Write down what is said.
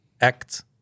act